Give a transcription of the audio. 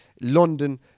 London